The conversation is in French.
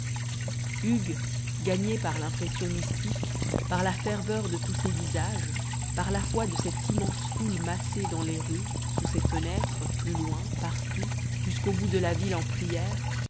hugues gagné par l'impression mystique par la ferveur de tous ces visages par la foi de cette immense foule massée dans les rues sous ses fenêtres plus loin partout jusqu'au bout de la ville en prière